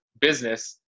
business